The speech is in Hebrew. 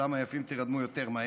כשכולם עייפים, תירדמו יותר מהר.